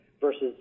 versus